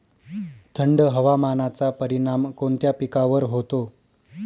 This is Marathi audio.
थंड हवामानाचा परिणाम कोणत्या पिकावर होतो?